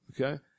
okay